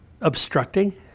obstructing